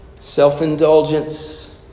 Self-indulgence